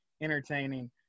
entertaining